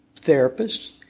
therapists